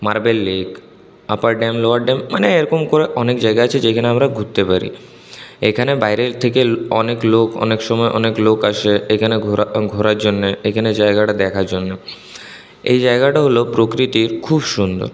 marble Lake upper dam lower dam মানে এরকম করে অনেক জায়গা আছে যেখানে আমরা ঘুরতে পারি এইখানে বাইরের থেকে অনেক লোক অনেক সময়ে অনেক লোক আসে এইখানে ঘোরা ঘোরার জন্যে এখানে জায়গাটা দেখার জন্য এই জায়গাটা হল প্রকৃতির খুব সুন্দর